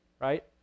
right